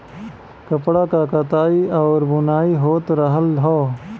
कपड़ा क कताई आउर बुनाई होत रहल हौ